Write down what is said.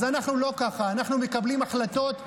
אז אנחנו לא ככה, אנחנו מקבלים החלטות.